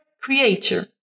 creator